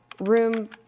Room